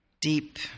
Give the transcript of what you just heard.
Deep